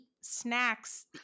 snacks